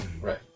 right